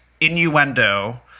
innuendo